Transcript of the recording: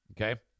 Okay